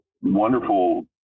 wonderful